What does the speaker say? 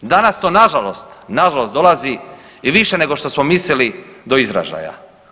Danas to na žalosti, na žalost dolazi i više nego što smo mislili do izražaja.